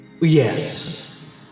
yes